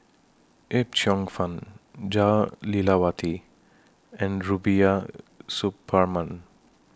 Yip Cheong Fun Jah Lelawati and Rubiah Suparman